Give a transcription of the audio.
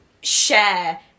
share